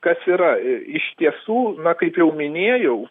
kas yra iš tiesų na kaip jau minėjau